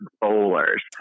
bowlers